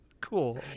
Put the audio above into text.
cool